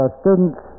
students